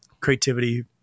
creativity